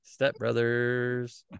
stepbrothers